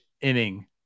inning